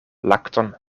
lakton